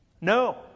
No